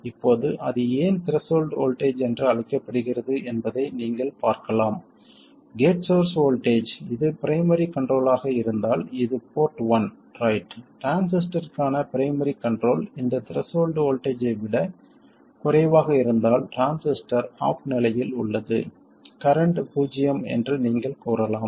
இப்போது அது ஏன் த்ரெஷோல்ட் வோல்ட்டேஜ் என்று அழைக்கப்படுகிறது என்பதை நீங்கள் பார்க்கலாம் கேட் சோர்ஸ் வோல்டேஜ் இது பிரைமரி கண்ட்ரோல் ஆக இருந்தால் இது போர்ட் ஒன் ரைட் டிரான்சிஸ்டருக்கான பிரைமரி கண்ட்ரோல் இந்த த்ரெஷோல்ட் வோல்ட்டேஜ் ஐ விடக் குறைவாக இருந்தால் டிரான்சிஸ்டர் ஆஃப் நிலையில் உள்ளது கரண்ட் பூஜ்ஜியம் என்று நீங்கள் கூறலாம்